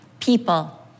people